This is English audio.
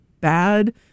bad